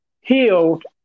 healed